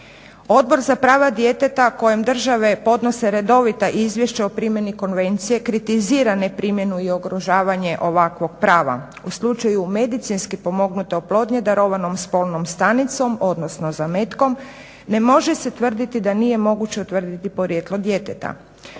Odbor za prava djeteta kojem države podnose redovita izvješća o primjeni konvencije kritizira neprimjenu i ugrožavanje ovakvog prava. U slučaju medicinski pomognute oplodnje darovanom spolnom stanicom, odnosno zametkom ne može se tvrditi da nije moguće utvrditi porijeklo djeteta.